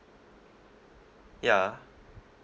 ya